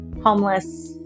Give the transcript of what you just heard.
homeless